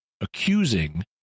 accusing